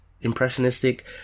impressionistic